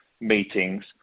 meetings